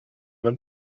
them